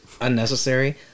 unnecessary